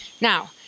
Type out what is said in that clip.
Now